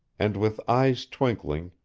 and with eyes twinkling,